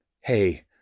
Hey